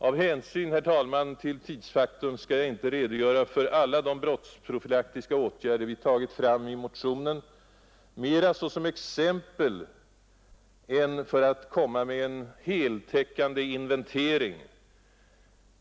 Av hänsyn, herr talman, till tidsfaktorn skall jag inte redogöra för alla de brottsprofylaktiska åtgärder vi tagit fram i motionen, mera som exempel än för att komma med en heltäckande inventering.